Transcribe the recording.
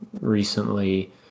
recently